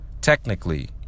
technically